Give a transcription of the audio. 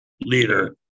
leader